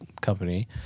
Company